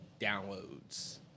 downloads